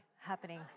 happening